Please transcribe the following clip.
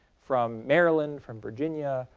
from maryland, from virginia,